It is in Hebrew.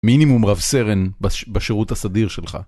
מינימום רב סרן בשירות הסדיר שלך